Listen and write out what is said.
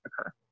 occur